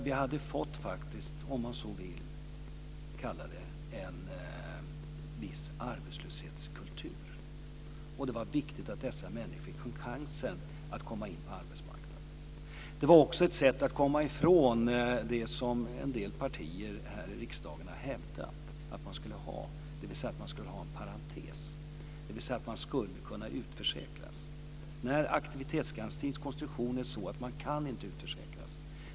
Vi hade fått en viss - låt mig kalla det så - arbetslöshetskultur, och det var viktigt att dessa människor skulle få en chans att komma in på arbetsmarknaden. Det var också ett sätt att komma ifrån det som en del partier här i riksdagen har hävdat, nämligen att man ska kunna utförsäkras genom en bortre parentes. Aktivitetsgarantins konstruktion är sådan att man inte kan utförsäkras.